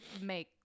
make